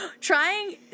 trying